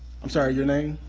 i'm sorry, your name?